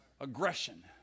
Aggression